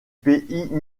pays